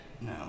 No